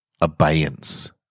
Abeyance